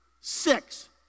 six